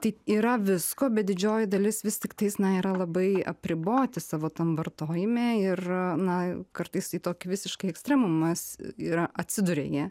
tai yra visko bet didžioji dalis vis tiktais na yra labai apriboti savo tam vartojime ir na kartais į tokį visiškai ekstremumas yra atsiduria jie